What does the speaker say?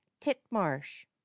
Titmarsh